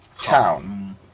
town